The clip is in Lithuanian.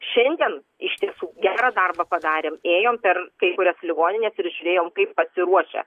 šiandien iš tiesų gerą darbą padarėm ėjom per kau kurias ligonines ir žiūrėjom kaip pasiruošę